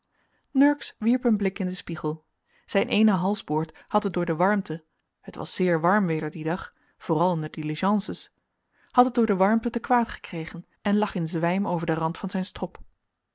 nurks wierp een blik in den spiegel zijn eene halsboord had het door de warmte het was zeer warm weder dien dag vooral in de diligences had het door de warmte te kwaad gekregen en lag in zwijm over den rand van zijn strop